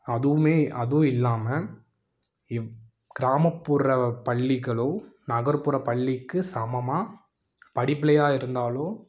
அதுவுமே அதுவும் இல்லாமல் எப் கிராமப்புற பள்ளிகளும் நகர்ப்புற பள்ளிக்கு சமமாக படிப்பிலையா இருந்தாலும்